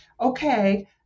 okay